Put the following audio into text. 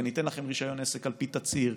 וניתן לכם רישיון עסק על פי תצהיר,